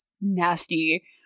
nasty